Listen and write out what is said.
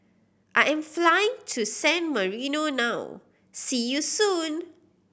I am flying to San Marino now see you soon